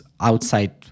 outside